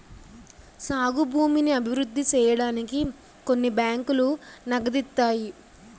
సాగు భూమిని అభివృద్ధి సేయడానికి కొన్ని బ్యాంకులు నగదిత్తాయి